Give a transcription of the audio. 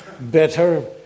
better